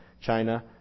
China